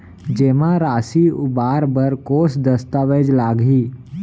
जेमा राशि उबार बर कोस दस्तावेज़ लागही?